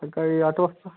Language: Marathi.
सकाळी आठ वाजता